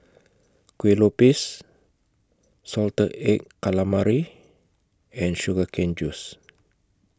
Kueh Lupis Salted Egg Calamari and Sugar Cane Juice